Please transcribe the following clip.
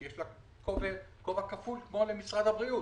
שיש לה כובע כפול כמו למשרד הבריאות,